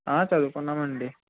చదువుకున్నాం అండి